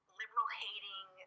liberal-hating